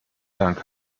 dank